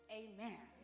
amen